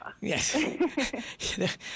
Yes